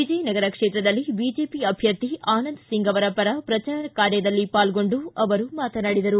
ವಿಜಯನಗರ ಕ್ಷೇತ್ರದಲ್ಲಿ ಬಿಜೆಪಿ ಅಭ್ಯರ್ಥಿ ಆನಂದ ಸಿಂಗ್ ಪರ ಪ್ರಚಾರ ಕಾರ್ಯದಲ್ಲಿ ಪಾಲ್ಗೊಂಡು ಅವರು ಮಾತನಾಡಿದರು